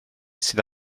sydd